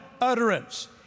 utterance